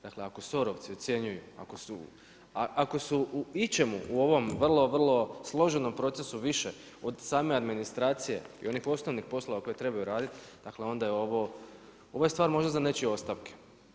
Dakle ako SOR-ovci ocjenjuju, ako su u ičemu u ovom vrlo, vrlo složenom procesu više od same administracije i onih osnovnih poslova koje trebaju raditi dakle onda je ovo, ovo je stvar možda za nečije ostavke.